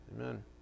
Amen